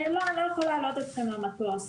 לא, אני לא יכול להעלות אתכם למטוס.